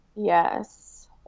yes